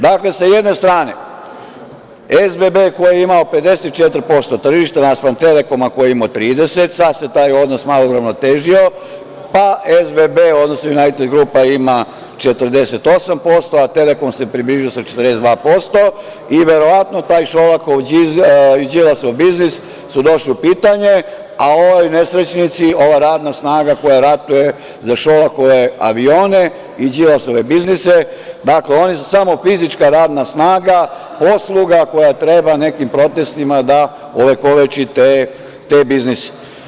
Dakle, sa jedne strane, SBB koji je imao 54% tržišta naspram „Telekoma“ koji je imao 30%, sad se taj odnos malo uravnotežio, pa SBB, odnosno „Junajted grupa“ ima 48%, a „Telekom“ se približio sa 42% i verovatno su taj Šolakov i Đilasov biznis došli u pitanje, a ovi nesrećnici, ova radna snaga koja ratuje za Šolakove avione i Đilasove biznise, su samo fizička radna snaga, posluga koja treba nekim protestima da ovekoveči te biznise.